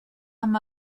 amb